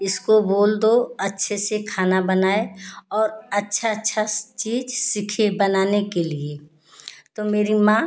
इसको बोल दो अच्छे से खाना बनाए और अच्छा अच्छा चीज सीखे बनाने के लिए तो मेरी माँ